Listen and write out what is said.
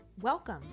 Welcome